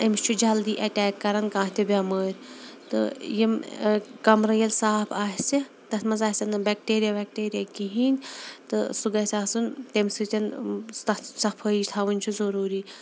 اَمِس چھُ جلدی اَٹیک کَران کانٛہہ تہِ بٮ۪مٲرۍ تہٕ یِم کَمرٕ ییٚلہِ صاف آسہِ تَتھ منٛز آسن نہٕ بیٚکٹیٖریا ویٚکیٖریا کِہیٖنۍ تہٕ سُہ گژھِ آسُن تٔمۍ سۭتۍ تَتھ صفٲیی تھَوٕنۍ چھِ ضروٗری